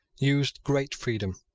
used great freedom.